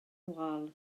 wal